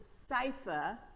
safer